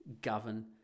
govern